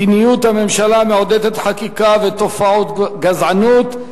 רע"ם-תע"ל ובל"ד: מדיניות הממשלה מעודדת חקיקה ותופעות גזעניות.